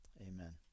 amen